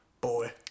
Boy